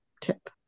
tip